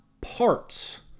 parts